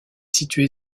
située